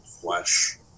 flesh